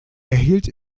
erhielt